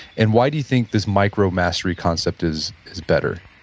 and why do you think this micromastery concept is is better?